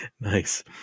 nice